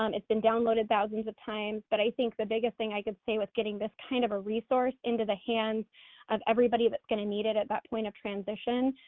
um it's been downloaded thousands of times, but i think the biggest thing i could say was getting this kind of a resource into the hand of everybody that's gonna need it at that point of transition.